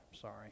Sorry